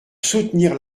soutenir